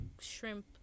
shrimp